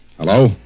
Hello